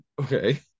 okay